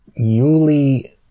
Yuli